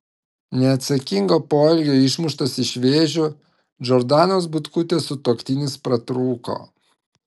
neatsakingo poelgio išmuštas iš vėžių džordanos butkutės sutuoktinis pratrūko